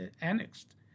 annexed